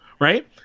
Right